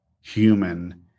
human